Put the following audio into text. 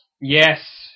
Yes